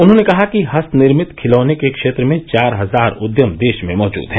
उन्होंने कहा कि हस्तनिर्मित खिलौने के क्षेत्र में चार हजार उद्यम देश में मौजूद हैं